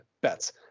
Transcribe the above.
bets